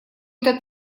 эта